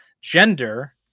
Gender